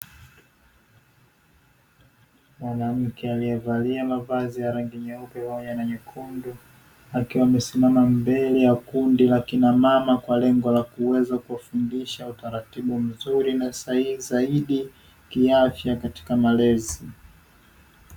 Mwanamke aliyevalia mavazi ya rangi nyeupe pamoja na nyekundu, akiwa amesimama mbele ya kundi la kina mama kwa lengo la kuwa fundisha utaratibu mzuri na sahihi zaidi kiafya katika malezi.